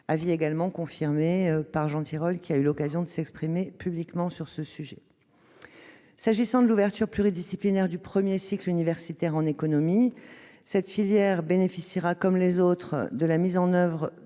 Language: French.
avis a été confirmé par Jean Tirole, qui a eu l'occasion de s'exprimer publiquement sur ce sujet. S'agissant de l'ouverture pluridisciplinaire du premier cycle universitaire en économie, cette filière bénéficiera comme les autres de la mise en oeuvre